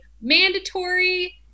Mandatory